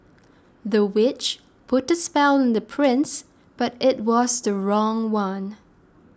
the witch put a spell on the prince but it was the wrong one